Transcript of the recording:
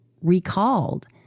recalled